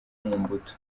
mobutu